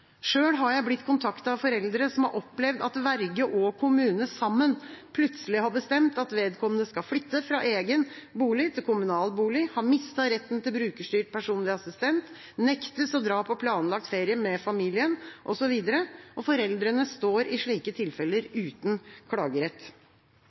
har jeg blitt kontaktet av foreldre som har opplevd at verge og kommune sammen plutselig har bestemt at vedkommende skal flytte fra egen bolig til kommunal bolig, har mistet retten til brukerstyrt personlig assistent, nektes å dra på planlagt ferie med familien osv. Foreldrene står i slike tilfeller